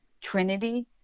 trinity